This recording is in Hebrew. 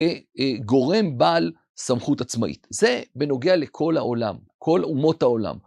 גורם בעל סמכות עצמאית, זה בנוגע לכל העולם, כל אומות העולם.